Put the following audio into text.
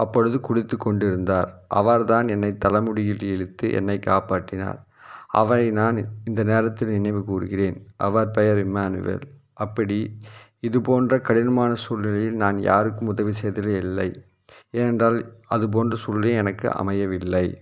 அப்பொழுது குளித்து கொண்டிருந்தார் அவர் தான் எனது தலை முடியில் இழுத்து என்னை காப்பாற்றினார் அவரை நான் இந்த நேரத்தில் நினைவு கூறுகிறேன் அவர் பெயர் இமானுவேல் அப்படி இது போன்ற கடினமான சூழ்நிலையில் நான் யாருக்கும் உதவி செய்தது இல்லை ஏனென்றால் அது போன்ற சூழ்நிலை எனக்கு அமையவில்லை